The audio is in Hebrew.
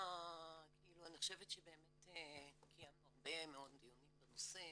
אני חושבת שבאמת קיימנו הרבה מאוד דיונים בנושא